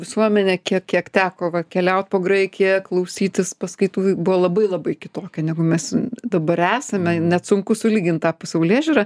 visuomenė kiek kiek teko va keliaut po graikiją klausytis paskaitų buvo labai labai kitokia negu mes dabar esame net sunku sulygint tą pasaulėžiūrą